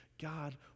God